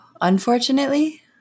unfortunately